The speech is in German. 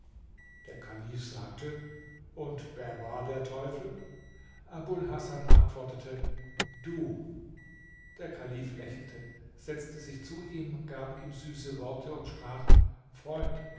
der kalif sagte und wer war der teufel abul hasan antwortete du der kalif lächelte setzte sich zu ihm gab ihm süße worte und sprach freund